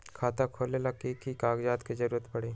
खाता खोले ला कि कि कागजात के जरूरत परी?